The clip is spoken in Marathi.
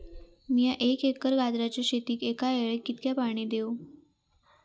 मीया एक एकर गाजराच्या शेतीक एका वेळेक कितक्या पाणी देव?